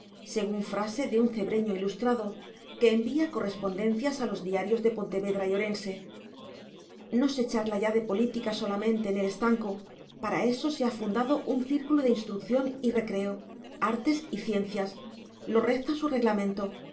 según frase de un cebreño ilustrado que envía correspondencias a los diarios de pontevedra y orense no se charla ya de política solamente en el estanco para eso se ha fundado un círculo de instrucción y recreo artes y ciencias lo reza su reglamento y se